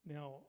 Now